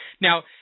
Now